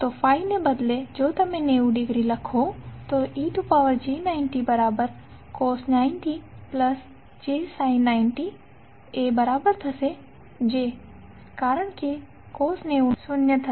તો ∅ ને બદલે જો તમે 90 ડિગ્રી લખો તો ej90cos90jsin90j થશે કારણ કે Cos 90 શૂન્ય થશે